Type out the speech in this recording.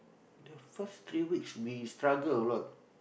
the first three weeks we struggle a lot